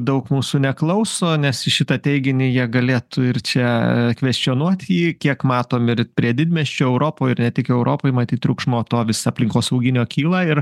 daug mūsų neklauso nes į šitą teiginį jie galėtų ir čia kvestionuoti kiek matom ir prie didmiesčių europoj ir ne tik europoj matyt triukšmo to vis aplinkosauginio kyla ir